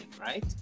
right